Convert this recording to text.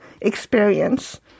experience